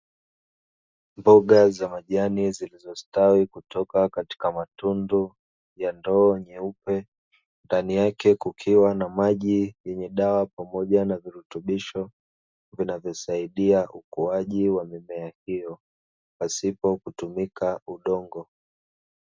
Mboga za majani zilizostawi kutoka katika matundu ya ndoo nyeupe, ndani yake kukiwa na maji yenye dawa pamoja na virutubisho vinavyosaidia ukuaji wa mimea hiyo, pasipo kutumika udongo.